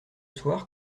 soir